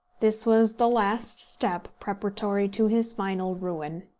this was the last step preparatory to his final ruin.